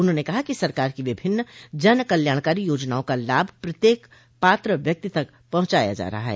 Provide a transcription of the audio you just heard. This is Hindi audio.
उन्होंने कहा कि सरकार की विभिन्न जन कल्याणकारी योजनाओं का लाभ प्रत्येक पात्र व्यक्ति तक पहुंचाया जा रहा है